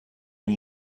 این